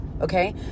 Okay